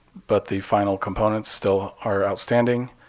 but the final components still are outstanding.